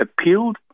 appealed